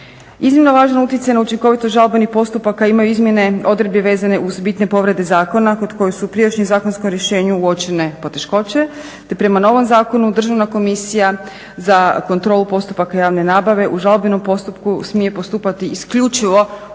Iznimno važan utjecaj na učinkovitost žalbenih postupaka imaju izmjene odredbi vezane uz bitne povrede zakona kod kojih su u prijašnjem zakonskom rješenju uočene poteškoće te prema novom zakonu Državna komisija za kontrolu postupaka javne nabave u žalbenom postupku smije postupati isključivo u